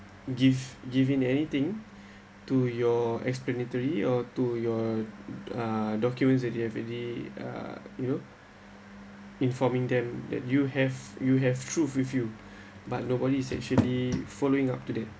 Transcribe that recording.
give give in anything to your explanatory or to your uh documents that you have any uh you know informing them that you have you have truth with you but nobody is actually following up to them